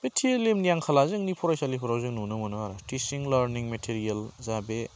बे टिएलएम नि आंखाला जोंनि फरायसालिफोराव जों नुनो मोनो आरो टिसिं लारनिं मेटिरियेल जा बे